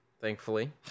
thankfully